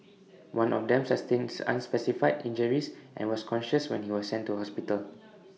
one of them sustains unspecified injuries and was conscious when he was sent to hospital